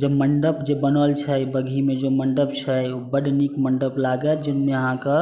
जे मण्डप जे बनल छै बगहीमे जे मण्डप छै ओ बड नीक मण्डप लागत जाहिमे अहाँके